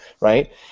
right